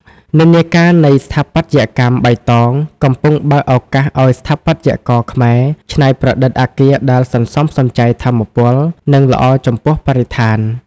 និន្នាការនៃ "ស្ថាបត្យកម្មបៃតង" កំពុងបើកឱកាសឱ្យស្ថាបត្យករខ្មែរ ច្នៃប្រឌិតអគារដែលសន្សំសំចៃថាមពល និងល្អចំពោះបរិស្ថាន។